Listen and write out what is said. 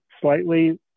slightly